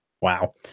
wow